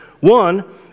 One